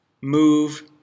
move